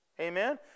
Amen